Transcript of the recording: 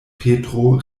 petro